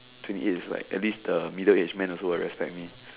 twenty eight is like at least the middle age man also will respect me